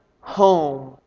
home